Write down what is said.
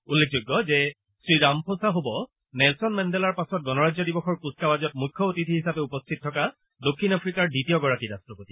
উল্লেখযোগ্য যে শ্ৰীৰামফোছা হ'ব নেলছন মেণ্ডেলাৰ পাছত গণৰাজ্য দিৱসৰ কূচকাৱাজত মুখ্য অতিথি হিচাপে উপস্থিত থকা দক্ষিণ আফ্ৰিকাৰ দ্বিতীয়গৰাকী ৰাট্টপতি